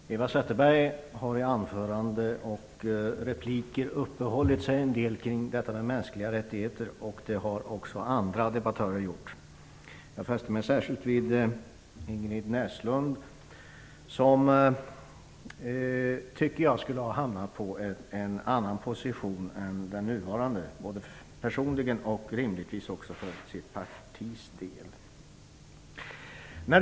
Herr talman! Eva Zetterberg och andra debattörer har i anföranden och repliker uppehållit sig en del kring detta med mänskliga rättigheter. Jag fäste mig särskilt vid Ingrid Näslunds anförande. Hon borde ha hamnat på en annan position än den nuvarande när de gäller både personligen och för sitt partis del.